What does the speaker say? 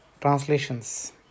Translations